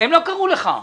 הם לא קראו לך.